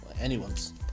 Anyone's